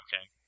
Okay